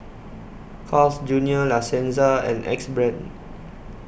Carl's Junior La Senza and Axe Brand